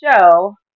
show